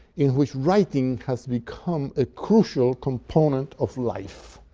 in which writing has become a crucial component of life,